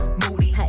moody